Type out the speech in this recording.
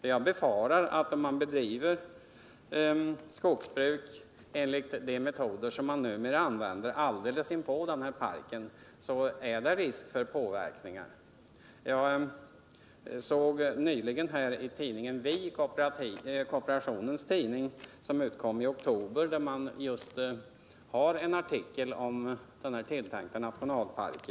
Jag befarar att om man bedriver skogsbruk alldeles intill nationalparken med de metoder som numera används så finns det risk för påverkan. Jag såg nyligen i ett nummer av tidningen Vi, kooperationens tidning, som utkom i oktober en artikel just om denna tilltänkta nationalpark.